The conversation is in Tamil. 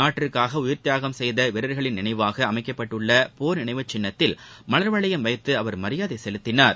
நாட்டிற்காக உயிர்த்தியாகம் செய்த வீரர்களின் நினைவாக அமைக்கப்பட்டுள்ள போர் நினைவுச்சின்னத்தில் மலர் வளையம் வைத்து அவர் மரியாதை செலுத்தினார்